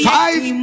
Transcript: five